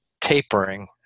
tapering